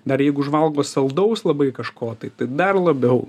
dar jeigu užvalgo saldaus labai kažko tai tai dar labiau